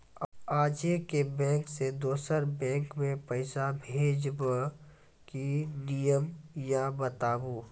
आजे के बैंक से दोसर बैंक मे पैसा भेज ब की नियम या बताबू?